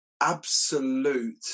absolute